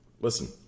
Listen